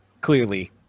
clearly